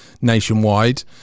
nationwide